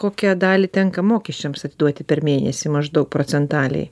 kokią dalį tenka mokesčiams atiduoti per mėnesį maždaug procentaliai